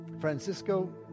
Francisco